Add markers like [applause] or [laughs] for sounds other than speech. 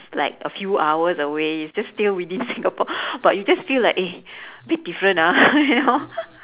like a few hours away it's just still within singapore [breath] but you just feel like eh a bit different ah [laughs]